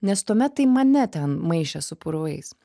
nes tuomet tai mane ten maišė su purvais